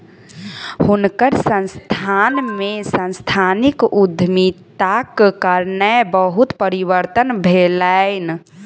हुनकर संस्थान में सांस्थानिक उद्यमिताक कारणेँ बहुत परिवर्तन भेलैन